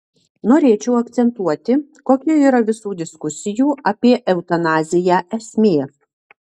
norėčiau akcentuoti kokia yra visų diskusijų apie eutanaziją esmė